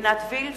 עינת וילף,